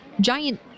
giant